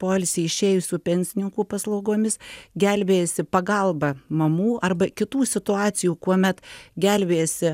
poilsį išėjusių pensininkų paslaugomis gelbėjasi pagalba mamų arba kitų situacijų kuomet gelbėjasi